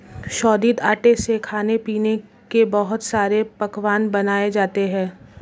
शोधित आटे से खाने पीने के बहुत सारे पकवान बनाये जाते है